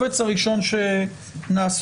תודה,